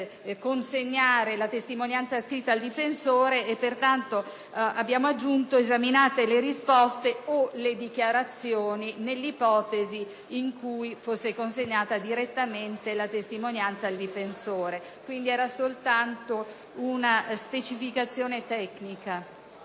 consegnare la testimonianza scritta al difensore. Pertanto, abbiamo aggiunto «esaminate le risposte o le dichiarazioni» nell’ipotesi in cui fosse consegnata direttamente la testimonianza al difensore. Si tratta soltanto una specificazione tecnica.